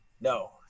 No